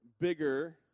bigger